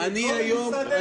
לא למשרד המשפטים,